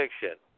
fiction